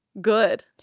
good